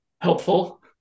Helpful